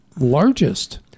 largest